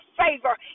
favor